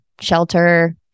shelter